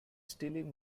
stealing